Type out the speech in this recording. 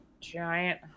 giant